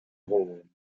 rhône